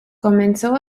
comenzó